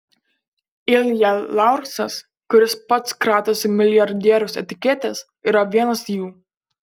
ilja laursas kuris pats kratosi milijardieriaus etiketės yra vienas jų